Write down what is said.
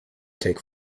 take